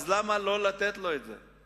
למה לא לתת לו את זה?